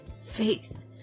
faith